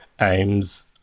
aims